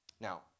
Now